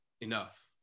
enough